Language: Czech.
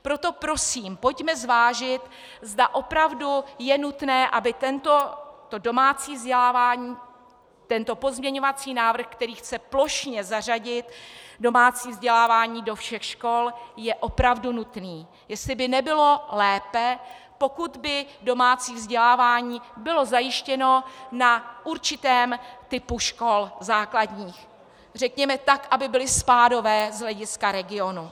Proto prosím pojďme zvážit, zda opravdu je nutné, aby toto domácí vzdělávání, tento pozměňovací návrh, který chce plošně zařadit domácí vzdělávání do všech škol, je opravdu nutný, jestli by nebylo lépe, pokud by domácí vzdělávání bylo zajištěno na určitém typu základních škol, řekněme tak, aby byly spádové z hlediska regionu.